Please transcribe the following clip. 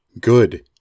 Good